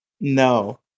No